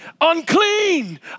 unclean